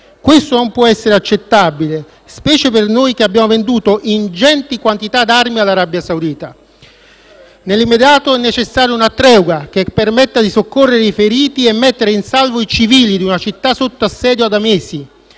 Questo non può essere accettabile, specie per noi che abbiamo venduto ingenti quantità di armi all'Arabia Saudita. Nell'immediato è necessaria una tregua che permetta di soccorrere i feriti e mettere in salvo i civili di una città sotto assedio da mesi.